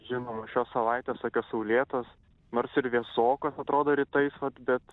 žinoma šios savaitės tokios saulėtos nors ir vėsokos atrodo rytais vat bet